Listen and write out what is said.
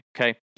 okay